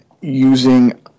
using